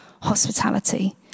hospitality